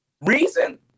reason